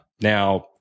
Now